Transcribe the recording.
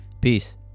peace